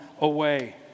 away